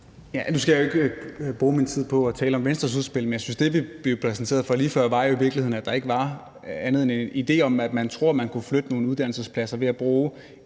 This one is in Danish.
Nu skal jeg jo ikke bruge min tid på at tale om Venstres udspil, men jeg synes, at det, vi blev præsenteret for lige før, jo i virkeligheden var, at der ikke var andet end en idé om det, altså at man tror, at man kan flytte nogle uddannelsespladser ved at bruge